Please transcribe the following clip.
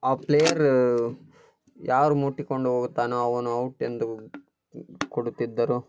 ಆ ಪ್ಲೇಯರ್ ಯಾರ್ನ ಮುಟ್ಟಿಕೊಂಡು ಹೋಗುತ್ತಾನೋ ಅವನು ಔಟೆಂದು ಕೊಡುತ್ತಿದ್ದರು